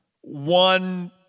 one